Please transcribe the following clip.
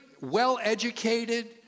well-educated